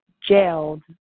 jailed